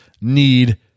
need